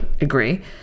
Agree